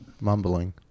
mumbling